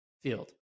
field